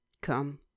Come